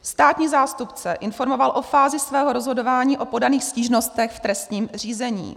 Státní zástupce informoval o fázi svého rozhodování o podaných stížnostech v trestním řízení.